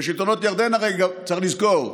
ושלטונות ירדן, הרי צריך לזכור: